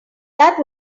that